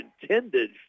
intended